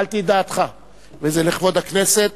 וקיבלתי את דעתך וזה לכבוד הכנסת.